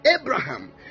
abraham